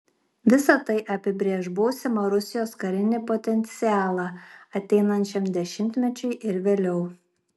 visa tai apibrėš būsimą rusijos karinį potencialą ateinančiam dešimtmečiui ir vėliau